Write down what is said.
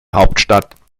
hauptstadt